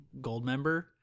Goldmember